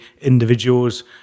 individuals